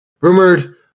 rumored